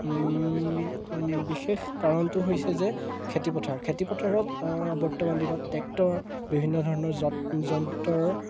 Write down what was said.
বিশেষ কাৰণটো হৈছে যে খেতিপথাৰ খেতিপথাৰত বৰ্তমান দিনত টেক্টৰ বিভিন্ন ধৰণৰ যন্ত্ৰৰ